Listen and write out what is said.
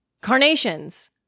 carnations